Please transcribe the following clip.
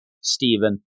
Stephen